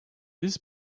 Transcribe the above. this